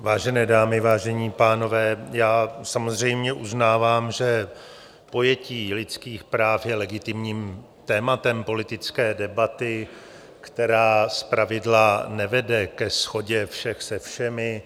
Vážené dámy, vážení pánové, samozřejmě uznávám, že pojetí lidských práv je legitimním tématem politické debaty, která zpravidla nevede ke shodě všech se všemi.